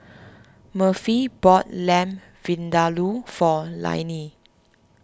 Murphy bought Lamb Vindaloo for Lainey